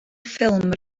ffilm